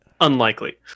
unlikely